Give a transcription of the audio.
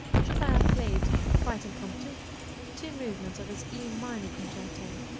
chopin played quite impromptu two movements of his e minor concerto,